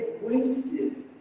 wasted